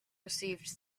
received